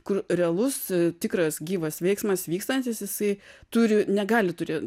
kur realus tikras gyvas veiksmas vykstantis jisai turi negali turi